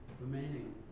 remaining